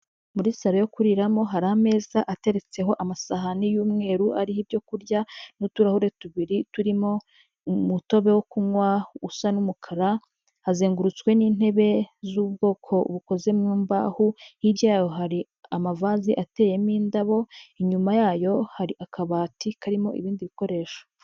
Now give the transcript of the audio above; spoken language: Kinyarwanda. Muri salon yo kuriramo, hari ameza ateretseho amasahani y'umweru ariho ibyokurya n'utuhure tubiri turimo umutobe wo kunywa usa n'umukara; hazengurutswe n'intebe z'ubwoko bukoze mu mbaho, hirya yayo hari amavazi ateyemo indabo, inyuma yayo hari akabati karimo ibindi bikoresho.